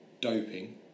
doping